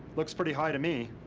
looks pretty high to me.